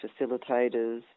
facilitators